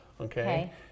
Okay